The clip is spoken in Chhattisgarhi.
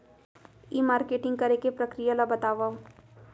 ई मार्केटिंग करे के प्रक्रिया ला बतावव?